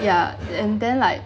ya and then like